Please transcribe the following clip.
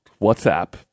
WhatsApp